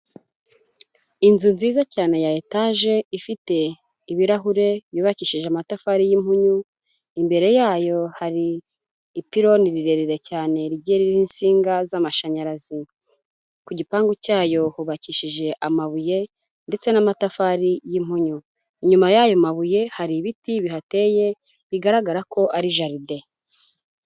Inzu nziza cyane ya etaje, ifite ibirahure, yubakishije amatafari y'impunyu, imbere yayo hari ipironi rirerire cyane rigiye ririho insinga z'amashanyarazi, ku gipangu cyayo hubakishije amabuye, ndetse n'amatafari y'impunyu, inyuma y'ayo mabuye, hari ibiti bihateye, bigaragara ko ari jaride.